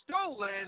stolen